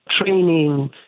training